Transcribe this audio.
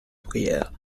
prière